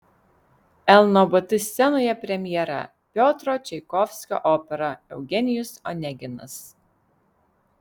lnobt scenoje premjera piotro čaikovskio opera eugenijus oneginas